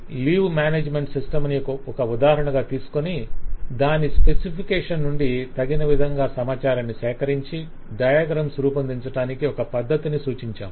leave management system ని ఒక ఉదాహరణగా తీసుకొని దాని స్పెసిఫికేషన్ నుండి తగిన విధంగా సమాచారాన్ని సేకరించి డయాగ్రమ్స్ రూపొందించటానికి ఒక పద్ధతిని సూచించాము